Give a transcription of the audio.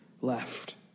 left